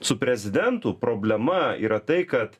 su prezidentu problema yra tai kad